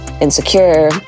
Insecure